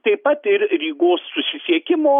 taip pat ir rygos susisiekimo